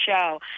show